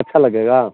अच्छा लगेगा